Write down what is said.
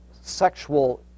sexual